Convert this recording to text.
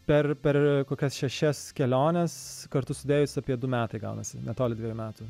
per per kokias šešias keliones kartu sudėjus apie du metai gaunasi netoli dviejų metų